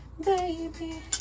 Baby